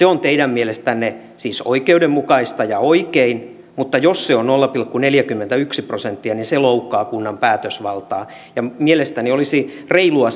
on teidän mielestänne siis oikeudenmukaista ja oikein mutta jos se on nolla pilkku neljäkymmentäyksi prosenttia niin se loukkaa kunnan päätösvaltaa mielestäni olisi reilua